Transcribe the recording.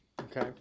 Okay